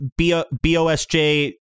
BOSJ